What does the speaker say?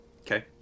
Okay